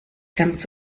ganz